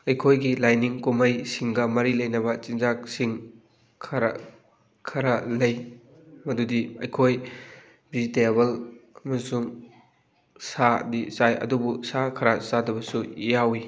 ꯑꯩꯈꯣꯏꯒꯤ ꯂꯥꯏꯅꯤꯡ ꯀꯨꯝꯍꯩꯁꯤꯡꯒ ꯃꯔꯤ ꯂꯩꯅꯕ ꯆꯤꯟꯖꯥꯛꯁꯤꯡ ꯈꯔ ꯈꯔ ꯂꯩ ꯃꯗꯨꯗꯤ ꯑꯩꯈꯣꯏ ꯕꯦꯖꯤꯇꯦꯕꯜ ꯑꯃꯁꯨꯡ ꯁꯥꯗꯤ ꯆꯥꯏ ꯑꯗꯨꯕꯨ ꯁꯥ ꯈꯔ ꯆꯥꯗꯕꯁꯨ ꯌꯥꯎꯋꯤ